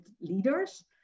leaders